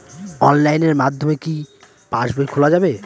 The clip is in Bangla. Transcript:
অনলাইনের মাধ্যমে কি পাসবই খোলা যাবে?